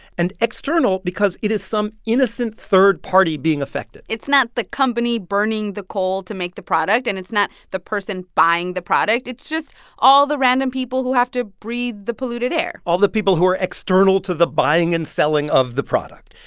and external because it is some innocent third party being affected it's not the company burning the coal to make the product, and it's not the person buying the product. it's just all the random people who have to breathe the polluted air all the people who are external to the buying and selling of the product.